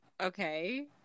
okay